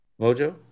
Mojo